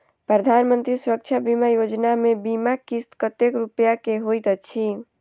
प्रधानमंत्री सुरक्षा बीमा योजना मे बीमा किस्त कतेक रूपया केँ होइत अछि?